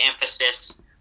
emphasis